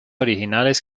originales